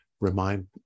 remind